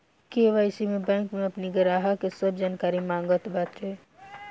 KYC में bank अपनी ग्राहक के सब जानकारी मांगत बाटे